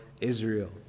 Israel